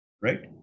right